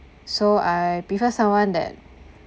so I prefer someone that